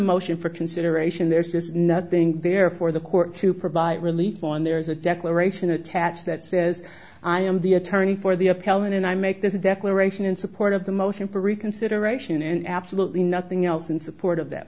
motion for consideration there is nothing there for the court to provide relief on there is a declaration attached that says i am the attorney for the appellant and i make this declaration in support of the motion for reconsideration and absolutely nothing else in support of that